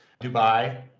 Dubai